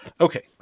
Okay